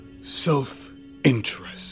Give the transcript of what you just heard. self-interest